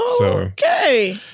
okay